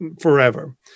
forever